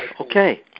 Okay